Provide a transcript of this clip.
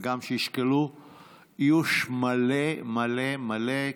וגם שישקלו איוש מלא מלא מלא,